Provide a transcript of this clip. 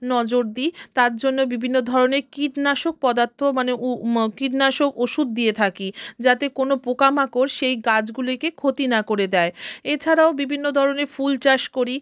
নজর দিই তার জন্য বিভিন্ন ধরনের কীটনাশক পদার্থ মানে উ কীটনাশক ওষুধ দিয়ে থাকি যাতে কোনো পোকামাকড় সেই গাছগুলিকে ক্ষতি না করে দেয় এছাড়াও বিভিন্ন ধরনের ফুল চাষ করি